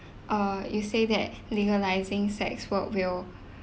uh you said that legalising sex work will